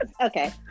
Okay